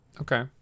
Okay